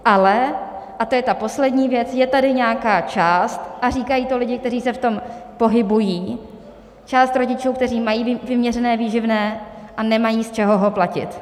Ale, a to je ta poslední věc, je tady nějaká část, a říkají to lidé, kteří se v tom pohybují, rodičů, kteří mají vyměřené výživné a nemají, z čeho ho platit.